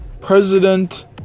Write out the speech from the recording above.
President